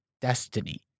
destiny